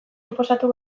inposatu